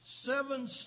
Seven